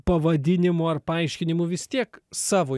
pavadinimu ar paaiškinimu vis tiek savo